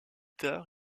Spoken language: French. tard